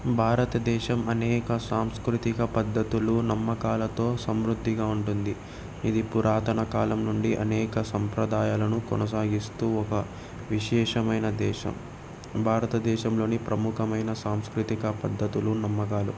భారతదేశం అనేక సాంస్కృతిక పద్ధతులు నమ్మకాలతో సమృద్ధిగా ఉంటుంది ఇది పురాతన కాలం నుండి అనేక సంప్రదాయాలను కొనసాగిస్తూ ఒక విశేషమైన దేశం భారతదేశంలోని ప్రముఖమైన సాంస్కృతిక పద్ధతులు నమ్మకాలు